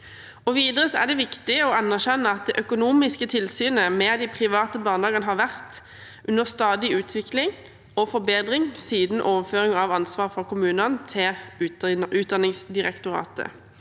Videre er det viktig å anerkjenne at det økonomiske tilsynet med de private barnehagene har vært under stadig utvikling og forbedring siden overføringen av ansvaret fra kommunene til Utdanningsdirektoratet.